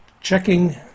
checking